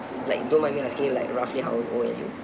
like don't mind me asking you like roughly how old are you